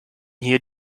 hier